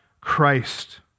Christ